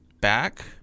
back